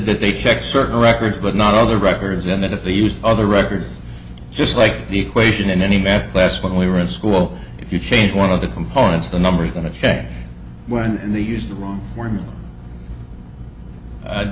that they check certain records but not all their records and then if they used other records just like the equation in any math class when we were in school if you change one of the components the numbers are going to check when and they used the wrong